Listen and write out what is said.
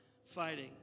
Fighting